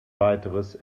weiteres